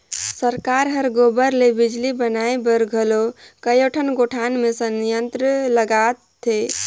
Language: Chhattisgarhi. सरकार हर गोबर ले बिजली बनाए बर घलो कयोठन गोठान मे संयंत्र लगात हे